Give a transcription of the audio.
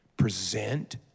Present